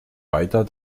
weiter